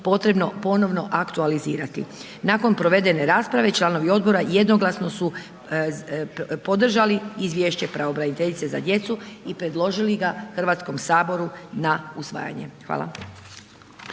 potrebno ponovno aktualizirati. Nakon provedene rasprave, članovi odbora jednoglasno su podržali izvješće pravobraniteljice za djecu i predložili ga HS na usvajanje. Hvala.